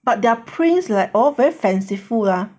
but their prints like all very fanciful lah